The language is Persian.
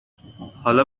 حالا